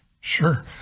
Sure